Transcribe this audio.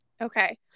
Okay